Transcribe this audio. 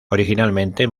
originalmente